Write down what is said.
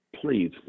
please